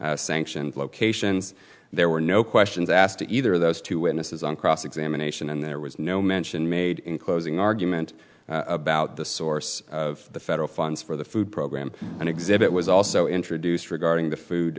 a sanctioned locations there were no questions asked to either of those two witnesses on cross examination and there was no mention made in closing argument about the source of the federal funds for the food program an exhibit was also introduced regarding the